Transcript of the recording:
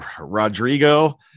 Rodrigo